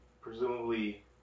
presumably